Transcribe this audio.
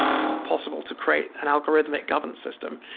was was impossible to create an algorithmic governance system,